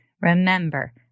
remember